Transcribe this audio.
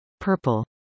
Purple